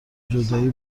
جدایی